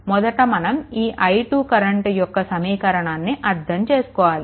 మొదట మనం ఈ i2 కరెంట్ యొక్క సమీకరణాన్ని అర్ధం చేసుకోవాలి